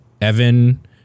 Evan